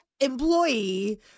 Employee